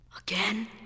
again